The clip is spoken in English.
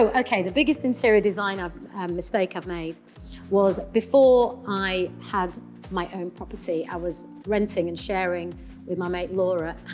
okay, the biggest interior design ah mistake i've made was, before i had my own property, i was renting and sharing with my mate, laura.